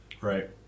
right